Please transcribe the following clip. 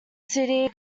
city